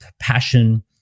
passion